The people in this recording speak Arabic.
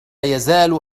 يزال